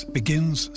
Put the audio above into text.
begins